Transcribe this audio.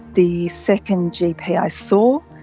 the second gp i saw,